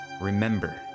remember